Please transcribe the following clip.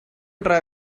try